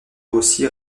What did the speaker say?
rossi